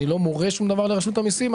אני לא מורה שום דבר לרשות המיסים,